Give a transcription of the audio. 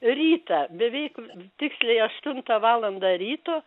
rytą beveik tiksliai aštuntą valandą ryto